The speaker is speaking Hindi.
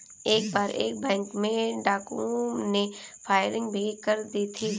एक बार एक बैंक में डाकुओं ने फायरिंग भी कर दी थी